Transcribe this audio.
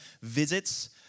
visits